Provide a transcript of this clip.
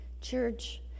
Church